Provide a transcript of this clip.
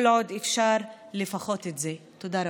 תודה רבה.